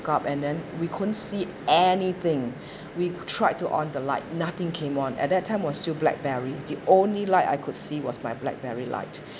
and then we couldn't see anything we tried to on the light nothing came on at that time was still blackberry the only light I could see was my blackberry light